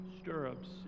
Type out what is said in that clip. stirrups